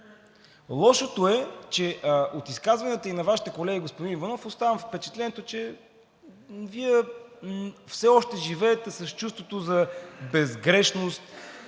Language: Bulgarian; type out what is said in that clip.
Лошото е, че от изказванията и на Вашите колеги, господин Иванов, оставам с впечатлението, че Вие все още живеете с чувството за безгрижност,